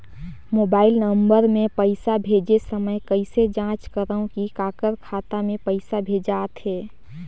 Mobile number मे पइसा भेजे समय कइसे जांच करव की काकर खाता मे पइसा भेजात हे?